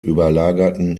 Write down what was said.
überlagerten